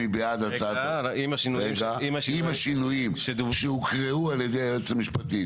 עם השינויים שהוקראו על ידי היועץ המשפטי